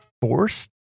forced